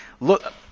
look